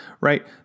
right